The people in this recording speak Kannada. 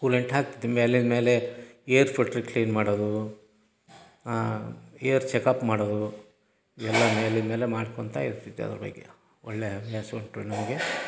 ಕೂಲೆಂಟ್ ಹಾಕ್ದ ಮೇಲಿಂದ ಮೇಲೆ ಏರ್ ಫಿಲ್ಟ್ರು ಕ್ಲೀನ್ ಮಾಡೋದು ಏರ್ ಚೆಕಪ್ ಮಾಡೋದು ಎಲ್ಲ ಮೇಲಿಂದ ಮೇಲೆ ಮಾಡ್ಕೊಳ್ತ ಇರ್ತಿದ್ದೆ ಅದ್ರ ಬಗ್ಗೆ ಒಳ್ಳೆಯ ಹವ್ಯಾಸ ಉಂಟು ನಮಗೆ